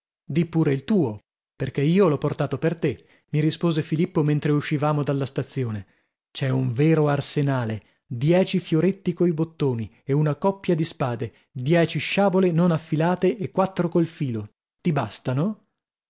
di pure il tuo perchè io l'ho portato per te mi rispose filippo mentre uscivamo dalla stazione c'è un vero arsenale dieci fioretti coi bottoni e una coppia di spade dieci sciabole non affilate e quattro col filo ti bastano